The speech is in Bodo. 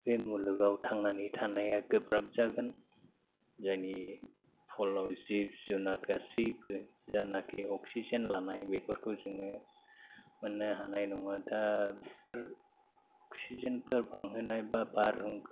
बे मुलुगाव थांनानै थानाया गोब्राब जागोन जायनि फलाव जिब जुनार गासैबो जानोखि अक्सिजेन लानाय बेफोरखौ जोङो मोननो हानाय नङा दा बेफोर अक्सिजेनफोर बांहोनाय एबा बार